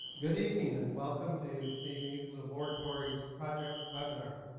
good evening and welcome to canadian nuclear laboratories project webinar.